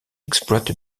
exploite